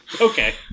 Okay